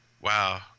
Wow